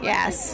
Yes